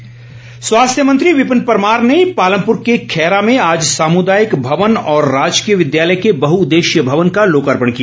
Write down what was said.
परमार स्वास्थ्य मंत्री विपिन परमार ने पालमपुर के खैरा में आज सामुदायिक भवन और राजकीय विद्यालय के बहुउद्देशीय भवन का लोकार्पण किया